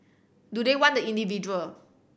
do they want the individual